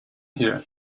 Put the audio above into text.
here